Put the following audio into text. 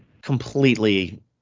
completely